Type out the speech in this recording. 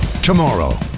Tomorrow